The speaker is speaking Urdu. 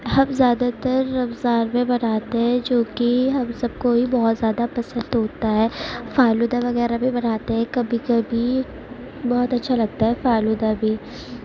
ہم زیادہ تر رمضان میں بناتے ہیں جوکہ ہم سب کو ہی بہت زیادہ پسند ہوتا ہے فالودہ وغیرہ بھی بناتے ہیں کبھی کبھی بہت اچھا لگتا ہے فالودہ بھی